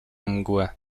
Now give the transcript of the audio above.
mgłę